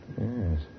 Yes